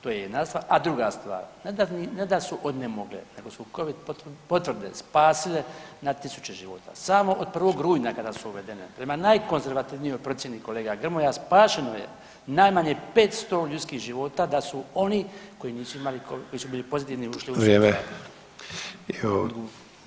to je jedna stvar, a druga stvar, ne da su odnemogle nego su Covid potvrde spasile na tisuće života, samo od 1. Rujna kada su uvedene, prema najkonzervativnijoj procjeni, kolega Grmoja, spašeno je najmanje 500 ljudskih života da su oni koji nisu imali Covid, koji su bili pozitivni, ušli u